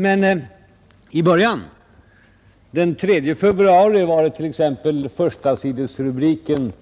Men i början förekom det förstasidesrubriker